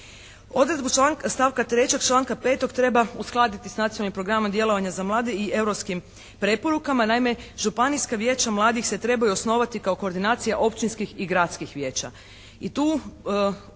Odredbu stavka 3. članka 5. treba uskladiti sa Nacionalnim programom djelovanja za mlade i Europskim preporukama. Naime, županijska vijeća mladih se trebaju osnovati kao koordinacija općinskih i gradskih vijeća